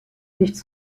nichts